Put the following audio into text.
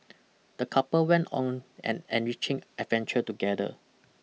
the couple went on an enriching adventure together